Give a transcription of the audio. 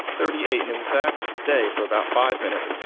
thirty eight, and it was that day for about five minutes.